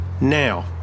Now